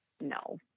no